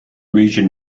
region